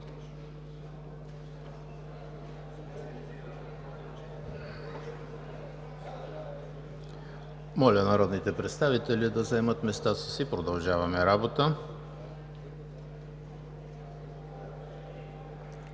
Моля народните представители да заемат местата си, продължаваме работа.